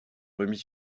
remis